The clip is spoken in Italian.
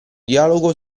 dialogo